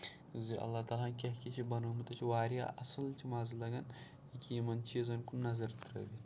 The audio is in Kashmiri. زِ اللہ تعالیٰ ہن کیٛاہ کیٛاہ چھُ بَنومُت یہِ چھُ واریاہ اصٕل یہِ چھُ مَزٕ لَگان یہِ کہِ یِمَن چیٖزَن کُن نظر ترٛٲیِتھ